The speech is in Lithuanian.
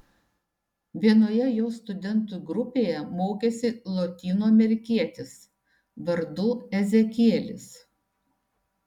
vienoje jo studentų grupėje mokėsi lotynų amerikietis vardu ezekielis